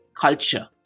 culture